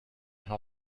how